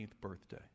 birthday